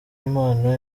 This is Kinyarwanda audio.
impano